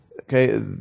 okay